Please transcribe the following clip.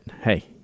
hey